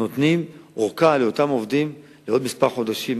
נותנים ארכה לאותם עובדים לעוד כמה חודשים,